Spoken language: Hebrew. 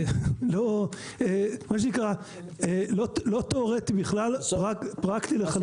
מה שנקרא, לא תיאורטי בכלל, פרקטי לחלוטין.